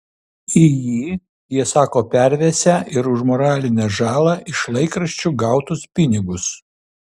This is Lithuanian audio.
į jį jie sako pervesią ir už moralinę žalą iš laikraščių gautus pinigus